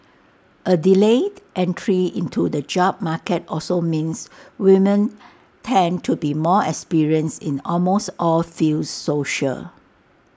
A delayed entry into the job market also means women tend to be more experienced in almost all fields social